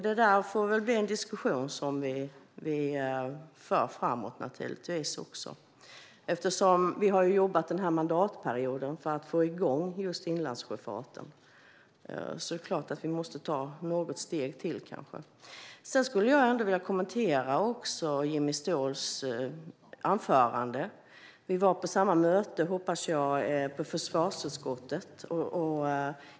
Det får bli en diskussion som vi får föra framåt. Vi har under denna mandatperiod jobbat för att få igång just inlandssjöfarten, och det är klart att vi måste ta något steg till. Jag skulle ändå vilja kommentera Jimmy Ståhls anförande. Vi var på samma möte - hoppas jag - på försvarsutskottet.